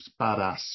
badass